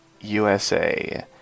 USA